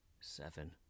Seven